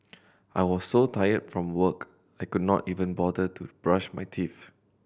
I was so tired from work I could not even bother to brush my teeth